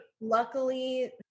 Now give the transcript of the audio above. luckily